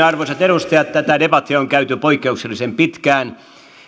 arvoisat edustajat tätä debattia on käyty poikkeuksellisen pitkään